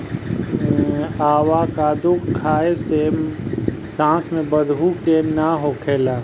avocado खाए से सांस में बदबू के ना होखेला